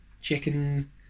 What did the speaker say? chicken